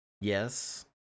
Yes